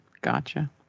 Gotcha